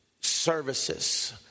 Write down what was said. services